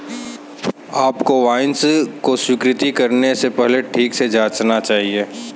आपको इनवॉइस को स्वीकृत करने से पहले ठीक से जांचना चाहिए